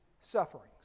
sufferings